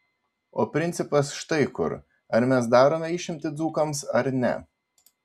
o principas štai kur ar mes darome išimtį dzūkams ar ne